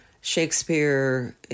Shakespeare